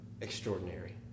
extraordinary